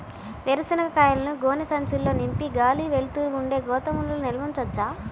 వేరుశనగ కాయలను గోనె సంచుల్లో నింపి గాలి, వెలుతురు ఉండే గోదాముల్లో నిల్వ ఉంచవచ్చా?